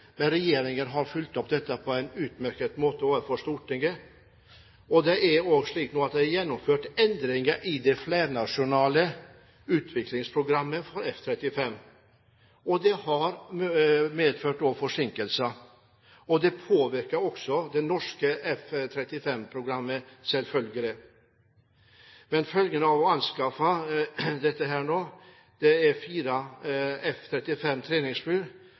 men regjeringen har fulgt opp dette på en utmerket måte overfor Stortinget. Nå er det også gjennomført endringer i det flernasjonale utviklingsprogrammet for F-35, og det har medført forsinkelser. Det påvirker også det norske F-35-programmet, selvfølgelig. Men anskaffelsen av fire F-35 treningsfly for leveranse i 2016 med påfølgende hovedleveranse av nye kampfly i 2018 er